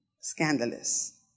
Scandalous